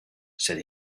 said